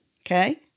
Okay